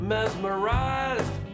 Mesmerized